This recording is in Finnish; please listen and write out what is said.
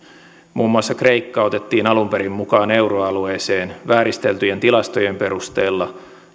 muun muassa kreikka otettiin alun perin mukaan euroalueeseen vääristeltyjen tilastojen perusteella